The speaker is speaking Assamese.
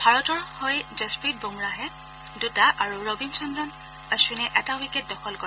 ভাৰতৰ হৈ যছপ্ৰীত বুমৰাহে দুটা আৰু ৰবিচন্দ্ৰন অপ্বিনে এটা উইকেট দখল কৰে